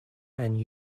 and